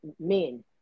men